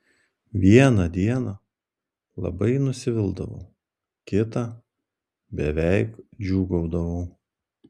vieną dieną labai nusivildavau kitą beveik džiūgaudavau